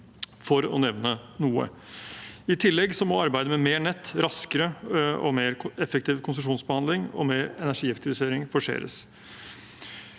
for å nevne noe. I tillegg må arbeidet med mer nett raskere, mer effektiv konsesjonsbehandling og mer energieffektivisering forseres.